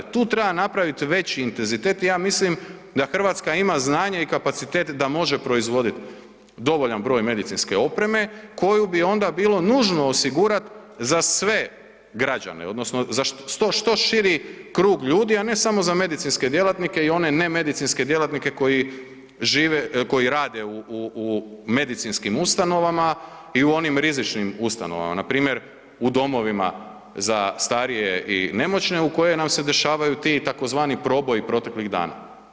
Tu treba napravit veći intenzitet i ja mislim da RH ima znanje i kapacitet da može proizvodit dovoljan broj medicinske opreme koju bi onda bilo nužno osigurat za sve građane odnosno za što širi krug ljudi, a ne samo za medicinske djelatnike i one ne medicinske djelatnike koji žive, koji rade u, u, u medicinskim ustanovama i u onim rizičnim ustanovama, npr. u domovima za starije i nemoćne u kojima nam se dešavaju ti tzv. proboji proteklih dana.